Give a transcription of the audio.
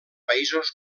països